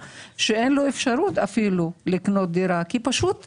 שאין לו אפילו אפשרות לקנות דירה כי פשוט אין.